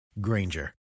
Granger